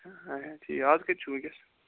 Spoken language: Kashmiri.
اچھا ٹھیٖک آز کَتہ چھو ونکیٚس